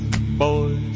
boys